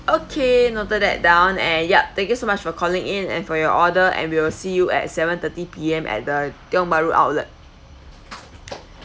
okay noted that down and yup thank you so much for calling in and for your order and we will see you at seven thirty P_M at the tiong bahru outlet